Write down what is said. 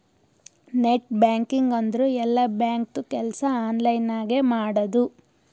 net banking ಅಂದುರ್ ಎಲ್ಲಾ ಬ್ಯಾಂಕ್ದು ಕೆಲ್ಸಾ ಆನ್ಲೈನ್ ನಾಗೆ ಮಾಡದು